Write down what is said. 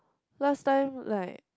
last time like